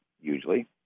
usually